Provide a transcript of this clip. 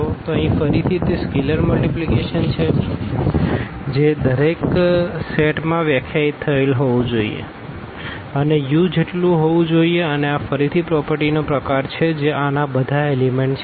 તો અહીં ફરીથી તે સ્કેલર મલ્ટીપ્લીકેશન છે જે અહીં દરેક સેટ માટે વ્યાખ્યાયિત થયેલ હોવું જ જોઈએ અને u જેટલું હોવું જોઈએ અને આ ફરીથી પ્રોપરટીનો પ્રકાર છે જે આના બધા એલીમેન્ટછે